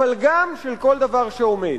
אבל גם של כל דבר שעומד.